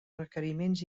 requeriments